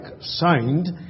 signed